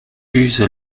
use